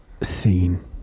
seen